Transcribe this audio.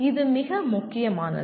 இது மிக முக்கியமானது